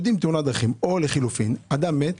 או אדם מת,